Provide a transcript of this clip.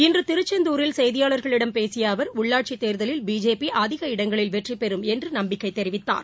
இன்றுதிருச்செந்தூரில் செய்தியாளர்களிடம் பேசியஅவர் உள்ளாட்சிதேர்தலில் பிஜேபிஅதிக இடங்களில் வெற்றிபெறும் என்றுநம்பிக்கைதெரிவித்தார்